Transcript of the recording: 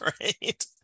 Right